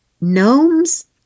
Gnomes